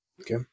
Okay